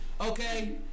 Okay